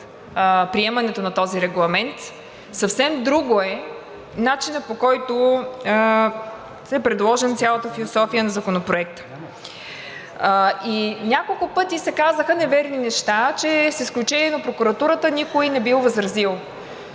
приемането на този регламент, съвсем друго е начинът, по който е предложена цялата философия на Законопроекта. И няколко пъти се казаха неверни неща, че с изключение на прокуратурата, никой не бил възразил.